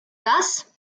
das